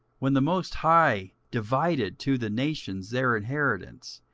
when the most high divided to the nations their inheritance,